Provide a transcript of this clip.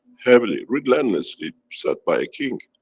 heavily, relentlessly, set by a king.